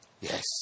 Yes